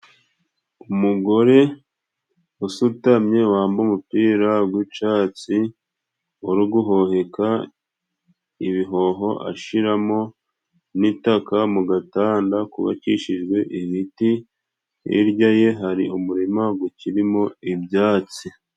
Umugore usutamye wamba umupira gw'icatsi uri guhoheka ibihoho ashiramo n'itakaka, mu gatanda kubakishijwe ibiti. Hirya ye hari umurima ukirimo ibyatsi.